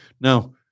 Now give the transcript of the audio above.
Now